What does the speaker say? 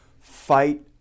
fight